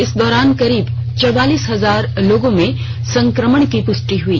इस दौरान करीब चौवालीस हजार लोगों में संक्रमण की पुष्टि हई